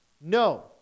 No